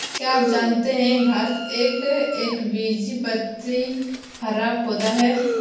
क्या आप जानते है घांस एक एकबीजपत्री हरा पौधा है?